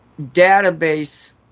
database